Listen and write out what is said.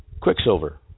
Quicksilver